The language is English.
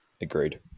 Agreed